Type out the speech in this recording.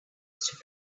used